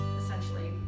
essentially